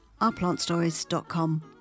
ourplantstories.com